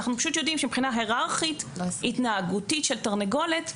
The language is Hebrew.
אנחנו פשוט יודעים שמבחינה היררכית התנהגותית של תרנגולת,